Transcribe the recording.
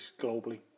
globally